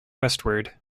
westward